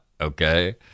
okay